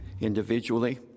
individually